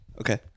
Okay